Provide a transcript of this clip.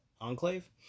enclave